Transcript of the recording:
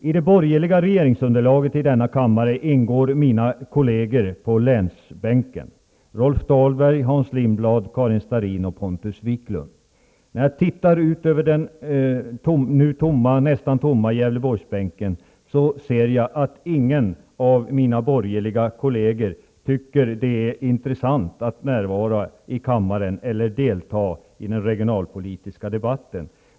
I det borgerliga regeringsunderlaget i denna kammare ingår mina kolleger på länsbänken: Rolf Dahlberg , Hans Lindblad När jag tittar ut över den nu nästan tomma Gävleborgsbänken, kan jag konstatera att inte någon av mina borgerliga kolleger anser det vara intressant att närvara i kammaren eller att delta under den regionalpolitiska debatten.